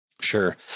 Sure